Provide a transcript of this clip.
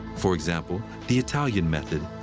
for example, the italian method,